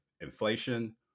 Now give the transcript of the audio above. inflation